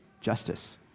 justice